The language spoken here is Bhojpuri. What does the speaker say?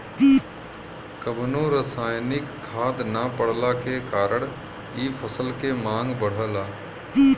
कवनो रासायनिक खाद ना पड़ला के कारण इ फसल के मांग बढ़ला